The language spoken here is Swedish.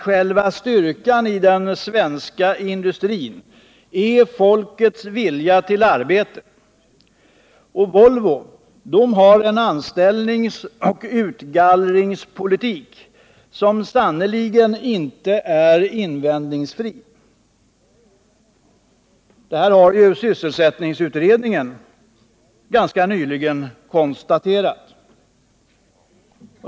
Själva styrkan i den svenska industrin är folkets vilja till arbete, men Volvo har en anställningsoch utgallringspolitik, som sannerligen inte är invändningsfri. Detta har sysselsättningsutredningen ganska nyligen konstaterat.